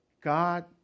God